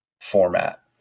format